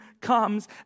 comes